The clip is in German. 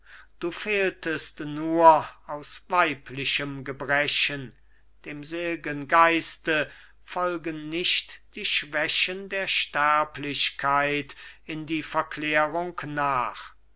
du fehltest nur aus weiblichem gebrechen dem sel'gen geiste folgen nicht die schwächen der sterblichkeit in die verklärung nach